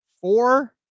four